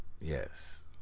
yes